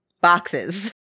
Boxes